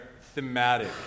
thematic